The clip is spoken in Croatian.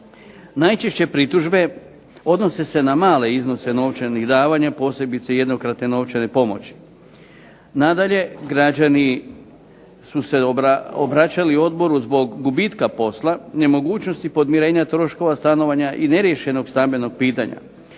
Najčešće pritužbe odnose se na male iznose novčanih davanja, posebice jednokratne novčane pomoći. Nadalje, građani su se obraćali Odboru zbog gubitka posla, nemogućnosti podmirenja troškova stanovanja i neriješenog stambenog pitanja.